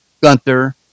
Gunther